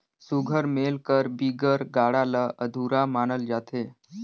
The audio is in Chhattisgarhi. सुग्घर मेल कर बिगर गाड़ा ल अधुरा मानल जाथे